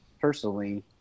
personally